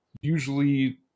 usually